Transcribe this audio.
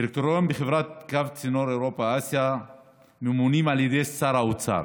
הדירקטוריון בחברת קו צינור אירופה אסיה ממונה על ידי שר האוצר.